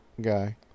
guy